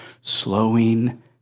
slowing